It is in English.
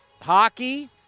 hockey